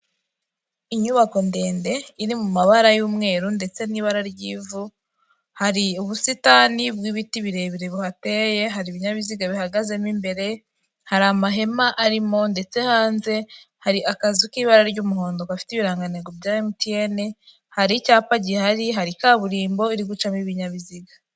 Inyubako ndende, iri mu mabara y'umweru ndetse n'ibara ry'ivu, hari ubusitani bw'ibiti birebire buhateye, hari ibinyabiziga bihagazemo imbere, hari amahema arimo ndetse hanze hari akazu k'ibara ry'umuhondo gafite ibirango bya MTN, hari icyapa gihari, hari kaburimbo iri gucamo ibinyabiziga.